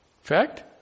Fact